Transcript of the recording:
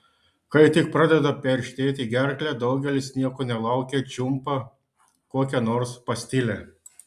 kai tik pradeda perštėti gerklę daugelis nieko nelaukę čiumpa kokią nors pastilę